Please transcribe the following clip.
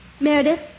Meredith